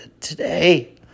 today